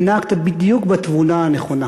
ונהגת בדיוק בתבונה הנכונה.